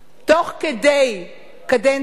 תוך כדי קדנציה,